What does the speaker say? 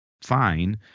fine